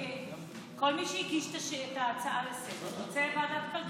כל מי שהגיש את ההצעה לסדר-היום רוצה ועדת כלכלה.